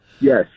Yes